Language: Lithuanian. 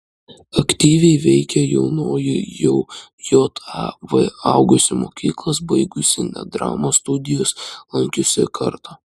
aktyviai veikė jaunoji jau jav augusi mokyklas baigusi net dramos studijas lankiusi karta